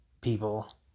people